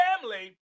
family